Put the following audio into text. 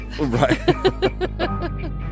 right